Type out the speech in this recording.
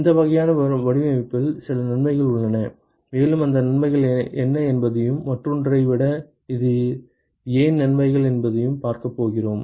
இந்த வகையான வடிவமைப்பில் சில நன்மைகள் உள்ளன மேலும் அந்த நன்மைகள் என்ன என்பதையும் மற்றொன்றை விட இது ஏன் நன்மைகள் என்பதையும் பார்க்கப் போகிறோம்